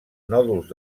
nòduls